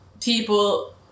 people